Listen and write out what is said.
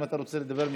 אם אתה רוצה לדבר מכאן,